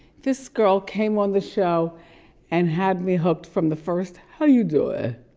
this girl came on the show and had me hooked from the first, how you do ah